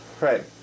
Right